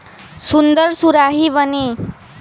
सुन्दर सुराही बनी